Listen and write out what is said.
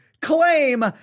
claim